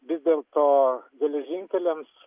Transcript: vis dėlto geležinkeliams